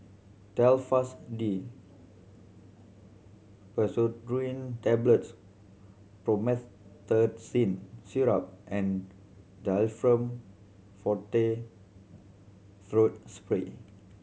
Telfast D Pseudoephrine Tablets Promethazine Syrup and Difflam Forte Throat Spray